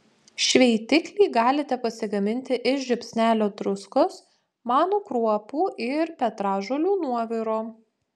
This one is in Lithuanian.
šveitiklį galite pasigaminti iš žiupsnelio druskos manų kruopų ir petražolių nuoviro